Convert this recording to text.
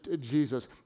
Jesus